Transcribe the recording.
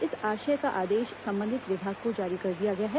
इस आशय संबंधित विभाग को जारी कर दिया गया है